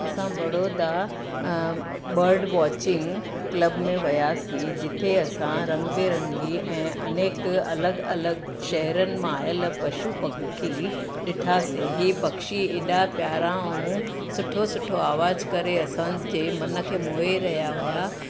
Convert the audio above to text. असां Baroda bird watching club में वियासीं जिते असां रंग बिरंगी ऐं अनेक अलॻि अलॻि शहिरनि मां आयल पशु पखी ॾिठासीं इहे पक्षी हेॾा प्यारा ऐं सुठो सुठो आवाज़ु करे असांजे मन खे मोहे रहिया हुया